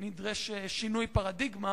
נדרש שינוי פרדיגמה